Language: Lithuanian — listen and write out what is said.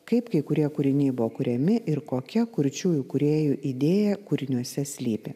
kaip kai kurie kūriniai buvo kuriami ir kokia kurčiųjų kūrėjų idėja kūriniuose slypi